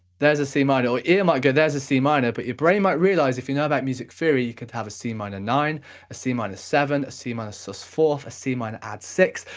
there's a c minor. or your ear might go, there's a c minor, but your brain might realise, if you know about music theory, you could have a c minor nine, a c minor seven, a c minor sus fourth, a c minor add six,